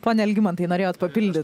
pone algimantai norėjot papildyt